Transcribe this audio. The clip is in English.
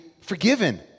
forgiven